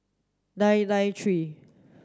nine nine three